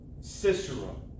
Cicero